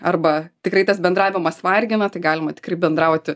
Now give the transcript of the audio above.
arba tikrai tas bendravimas vargina tai galima tikrai bendrauti